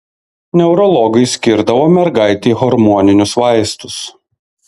neurologai skirdavo mergaitei hormoninius vaistus